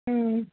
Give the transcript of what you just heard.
ఆ